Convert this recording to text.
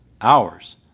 hours